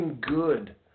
good